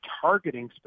targeting